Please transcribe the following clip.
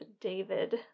David